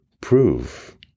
prove